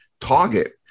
target